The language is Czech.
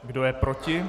Kdo je proti?